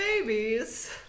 babies